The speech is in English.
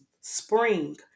spring